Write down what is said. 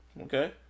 Okay